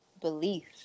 belief